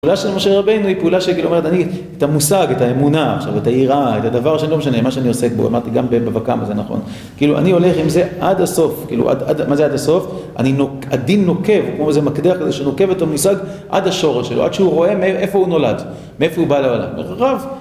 פעולה של משה רבנו היא פעולה שכאילו אומרת, אני את המושג, את האמונה עכשיו, את היראה, את הדבר שאני לא משנה, מה שאני עוסק בו, אמרתי גם בבבא קמא, זה נכון, כאילו אני הולך עם זה עד הסוף, מה זה עד הסוף? הדין נוקב, כמו איזה מקדח כזה שנוקב את המושג עד השורש שלו, עד שהוא רואה מאיפה הוא נולד, מאיפה הוא בא לעולם, רב